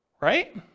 right